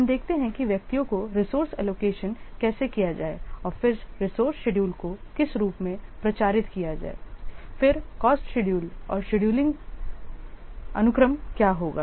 हम देखेंगे कि व्यक्तियों को रिसोर्से एलोकेशन कैसे किया जाए फिर रिसोर्से शेड्यूल को किस रूप में प्रचारित किया जाए फिर कॉस्ट शेड्यूल और शेड्यूलिंग अनुक्रम क्या होगा